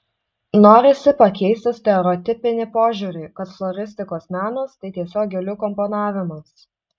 norisi pakeisti stereotipinį požiūrį kad floristikos menas tai tiesiog gėlių komponavimas